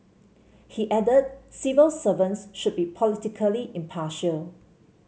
he added civil servants should be politically impartial